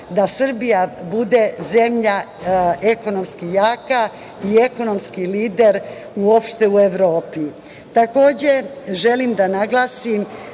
da Srbija bude zemlja ekonomski jaka i ekonomski lider uopšte u Evropi. Želim da naglasim